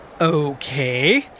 Okay